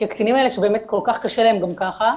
כי הקטינים האלה שבאמת כל כך קשה להם גם ככה,